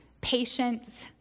patience